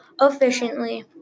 efficiently